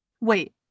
Wait